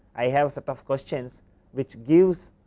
i have set of questions which gives